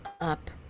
up